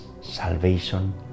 salvation